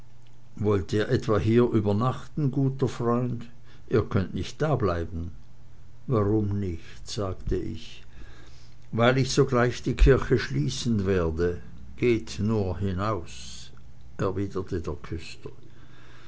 wollt ihr etwa hier übernachten guter freund ihr könnt nicht dableiben warum nicht sagte ich weil ich sogleich die kirche schließen werde geht nur hinaus erwiderte der küster